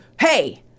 hey